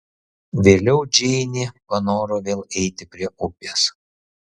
vėliau džeinė panoro vėl eiti prie upės